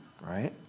right